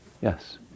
Yes